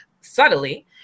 subtly